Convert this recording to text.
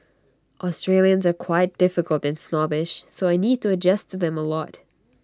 Australians are quite difficult and snobbish so I need to adjust to them A lot